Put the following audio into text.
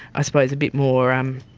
i suppose, a bit more um